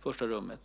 första rummet.